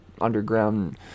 underground